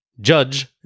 Judge